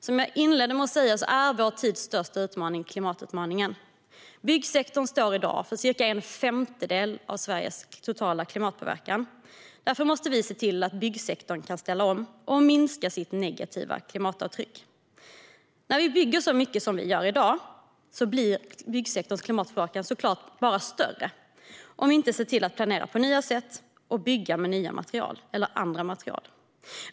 Som jag inledde med att säga är vår tids största utmaning klimatutmaningen. Byggsektorn står i dag för cirka en femtedel av Sveriges totala klimatpåverkan. Därför måste vi se till att byggsektorn kan ställa om och minska sitt negativa klimatavtryck. När vi bygger så mycket som vi gör i dag blir byggsektorns klimatpåverkan såklart bara större om vi inte ser till att planera på nya sätt och bygga med andra material.